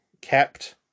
kept